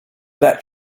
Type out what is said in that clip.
that